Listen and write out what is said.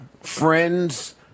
friends